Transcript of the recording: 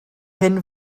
hyn